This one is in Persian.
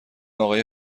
آقای